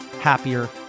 happier